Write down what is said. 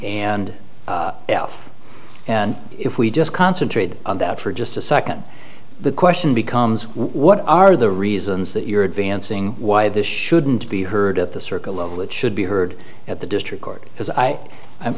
elf and if we just concentrated on that for just a second the question becomes what are the reasons that you're advancing why this shouldn't be heard at the circle level it should be heard at the district court because i